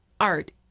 art